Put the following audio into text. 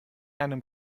einem